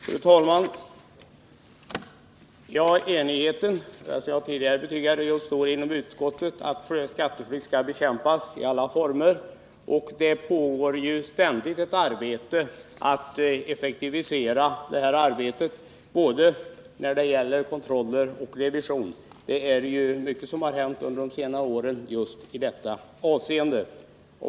Fru talman! Som jag tidigare har betygat är enigheten inom utskottet stor om att skatteflykt i alla former skall bekämpas. Och det pågår ständigt försök att effektivisera detta arbete, både i fråga om kontroller och när det gäller revision. Det har också under senare år hänt mycket i just dessa avseenden.